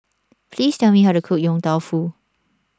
please tell me how to cook Yong Tau Foo